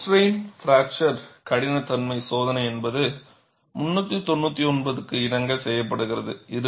plane strain fracture கடினத்தன்மை சோதனை என்பது 399 க்கு இணங்க செய்யப்படுகிறது